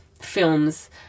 films